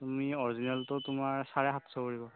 তুমি অৰিজিনেলটো তোমাৰ চাৰে সাতশ পৰিব